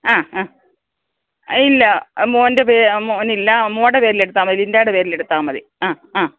ആ ആ ഇല്ല മോന്റെ മോനില്ല മോളുടെ പേരിലെടുത്താൽ മതി ലിന്ഡായുടെ പേരിലെടുത്താൽ മതി ആ ആ